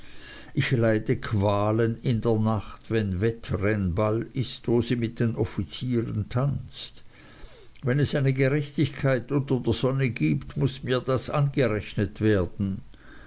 ich leide qualen in der nacht wenn wettrennball ist wo sie mit den offizieren tanzt wenn es eine gerechtigkeit unter der sonne gibt muß mir das angerechnet werden